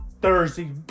Thursday